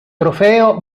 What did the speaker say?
trofeo